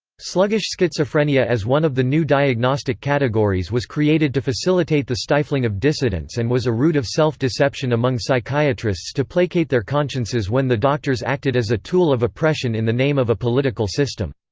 sluggish schizophrenia as one of the new diagnostic categories was created to facilitate the stifling of dissidents and was a root of self-deception among psychiatrists to placate their consciences when the doctors acted as a tool of oppression in the name of a political system.